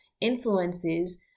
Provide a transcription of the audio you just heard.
influences